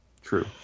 True